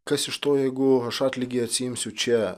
kas iš to jeigu aš atlygį atsiimsiu čia